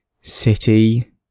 city